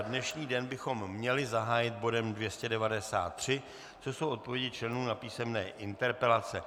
Dnešní den bychom měli zahájit bodem 293, což jsou odpovědi členů na písemné interpelace.